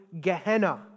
Gehenna